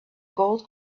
gold